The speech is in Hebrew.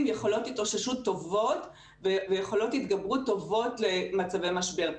יכולות התאוששות טובות ויכולות התגברות טובות למצבי משבר.